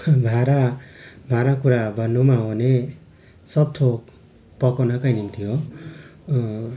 भाँडा भाँडाकुँडा भन्नुमा हो भने सबथोक पकाउनैका निम्ति हो